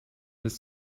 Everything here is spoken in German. bis